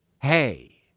Hey